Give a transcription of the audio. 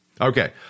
Okay